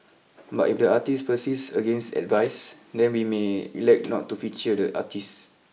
but if the artist persists against advice then we may elect not to feature the artist